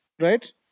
Right